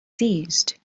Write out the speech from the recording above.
seized